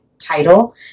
title